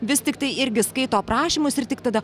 vis tiktai irgi skaito aprašymus ir tik tada